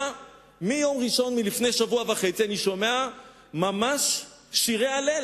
מיום ראשון לפני שבוע וחצי אני שומע ממש שירי הלל.